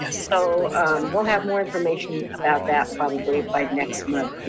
yeah so we'll have more information about that probably by next month.